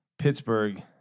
Pittsburgh